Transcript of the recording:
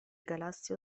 galassia